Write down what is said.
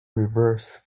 reverse